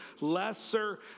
lesser